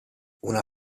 una